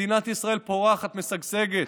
מדינת ישראל פורחת ומשגשגת,